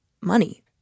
money